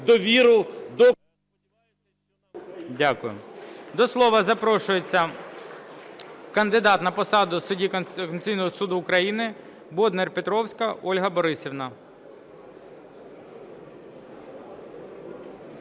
До слова запрошується кандидат на посаду судді Конституційного Суду України Боднар-Петровська Ольга Борисівна.